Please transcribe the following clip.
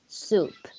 soup